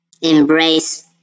embrace